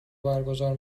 برگزار